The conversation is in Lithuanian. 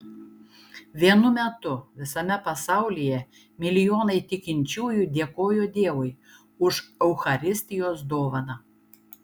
vienu metu visame pasaulyje milijonai tikinčiųjų dėkojo dievui už eucharistijos dovaną